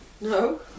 No